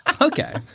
Okay